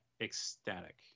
ecstatic